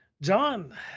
john